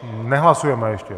Nehlasujeme ještě.